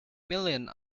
millions